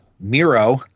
Miro